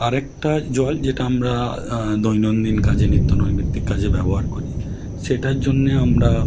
আরেকটা জল যেটা আমরা দৈনন্দিন কাজে নিত্য নৈমিত্তিক কাজে ব্যবহার করি সেটার জন্য আমরা